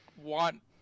want